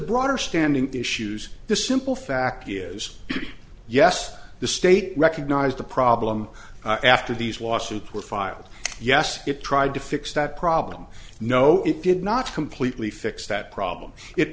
broader standing issues the simple fact is yes the state recognized the problem after these lawsuits were filed yes it tried to fix that problem no it did not completely fix that problem it